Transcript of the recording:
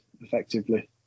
effectively